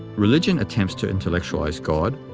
religion attempts to intellectualize god,